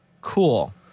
Cool